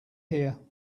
here